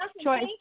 choice